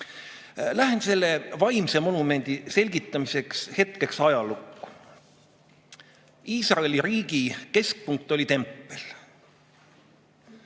selle vaimse monumendi selgitamiseks hetkeks ajalukku. Iisraeli riigi keskpunkt oli tempel.